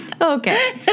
Okay